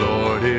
Lord